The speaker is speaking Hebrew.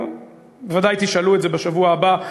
בוודאי תשאלו את זה בשבוע הבא,